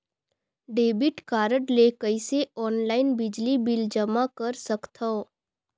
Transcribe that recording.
Debit card ले कइसे online बिजली बिल जमा कर सकथव?